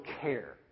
care